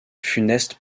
funeste